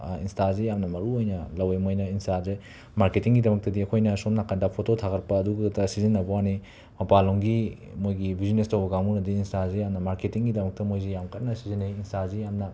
ꯏꯟꯁꯇꯥꯁꯦ ꯌꯥꯝꯅ ꯃꯔꯨ ꯑꯣꯏꯅ ꯂꯧꯋꯦ ꯃꯣꯏꯅ ꯏꯟꯁꯇꯥꯁꯦ ꯃꯥꯔꯀꯦꯇꯤꯡꯒꯤꯗꯃꯛꯇꯗꯤ ꯑꯩꯈꯣꯏꯅ ꯁꯣꯝ ꯅꯥꯀꯟꯗ ꯐꯣꯇꯣ ꯊꯥꯒꯠꯄ ꯑꯗꯨꯈꯠꯇ ꯁꯤꯖꯤꯟꯅꯕꯒꯤ ꯋꯥꯅꯤ ꯃꯄꯥꯟꯂꯣꯝꯒꯤ ꯃꯣꯏꯒꯤ ꯕꯨꯖꯤꯅꯦꯁ ꯇꯧꯕ ꯀꯥꯡꯒꯨꯅꯗꯤ ꯏꯟꯁꯇꯥꯁꯦ ꯌꯥꯝꯅ ꯃꯥꯔꯀꯦꯠꯇꯤꯡꯒꯤꯗꯃꯛꯇ ꯃꯣꯏꯁꯤ ꯌꯥꯝꯅ ꯀꯟꯅ ꯁꯤꯖꯤꯟꯅꯩ ꯏꯟꯁꯇꯥꯁꯤ ꯌꯥꯝꯅ